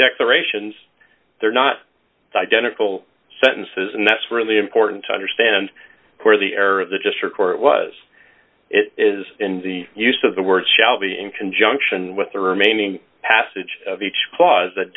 declarations they're not identical sentences and that's really important to understand where the error of the just report was it is in the use of the word shall be in conjunction with the remaining passage of each clause that